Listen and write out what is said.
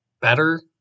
better